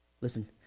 listen